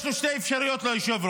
יש לו שתי אפשרויות, ליושב-ראש: